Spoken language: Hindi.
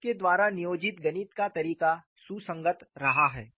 आपके द्वारा नियोजित गणित का तरीका सुसंगत रहा है